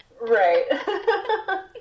Right